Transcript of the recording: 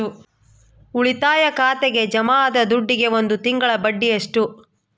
ಉಳಿತಾಯ ಖಾತೆಗೆ ಜಮಾ ಆದ ದುಡ್ಡಿಗೆ ಒಂದು ತಿಂಗಳ ಬಡ್ಡಿ ಎಷ್ಟು?